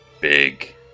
Big